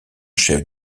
chef